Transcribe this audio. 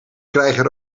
krijgen